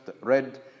read